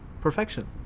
perfection